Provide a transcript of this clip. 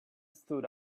stood